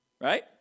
right